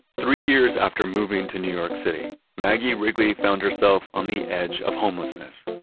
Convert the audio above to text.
three years after moving to new york city, maggie wrigley found herself on the edge of homelessness.